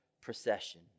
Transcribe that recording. procession